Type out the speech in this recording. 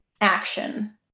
action